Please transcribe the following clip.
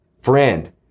friend